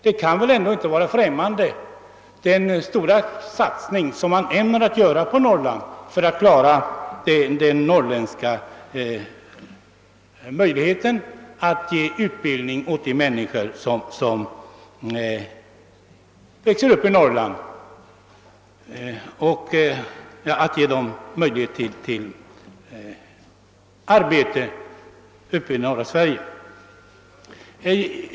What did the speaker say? Den stora satsning på Norrland som man ämnar göra för att ge utbildning och arbete i norra Sverige åt de människor som växer upp där kan väl ändå inte vara främmande för herr Petersson.